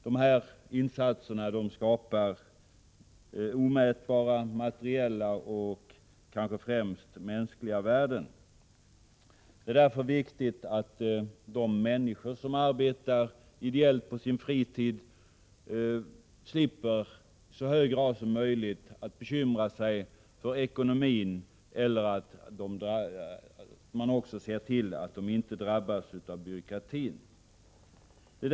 Dessa insatser skapar omätbara materiella och kanske främst mänskliga värden. Det är därför viktigt att de människor som arbetar ideellt på sin fritid i så hög grad som möjligt slipper bekymra sig för ekonomin och att man ser till att de inte drabbas av byråkratin.